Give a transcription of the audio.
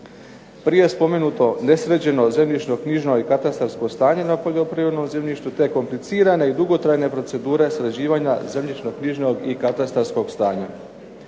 Prije spomenuto nesređeno zemljišno, knjižno i katastarsko stanje na poljoprivrednom zemljištu te komplicirane i dugotrajne procedure sređivanja zemljišno-knjižnog i katastarskog stanja.